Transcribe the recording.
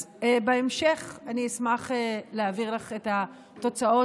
אז בהמשך אני אשמח להעביר לך את התוצאות